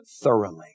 thoroughly